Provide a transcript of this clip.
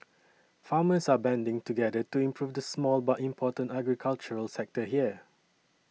farmers are banding together to improve the small but important agricultural sector here